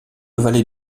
vallée